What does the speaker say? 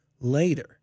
later